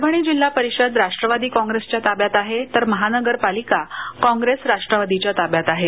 परभणी जिल्हा परिषदराष्ट्रवादी काँग्रेसच्या ताब्यात आहे तर महानगर पालिका काँग्रेस राष्ट्रवादीच्याताब्यात आहे